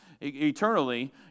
eternally